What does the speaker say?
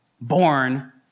born